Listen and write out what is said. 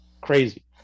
crazy